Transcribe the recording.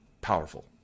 powerful